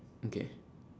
okay